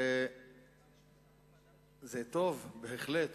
הרי זה טוב בהחלט